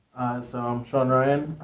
so i'm sean ryan.